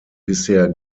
bisher